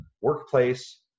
workplace